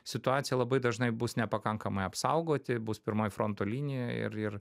situacija labai dažnai bus nepakankamai apsaugoti bus pirmoj fronto linijoj ir ir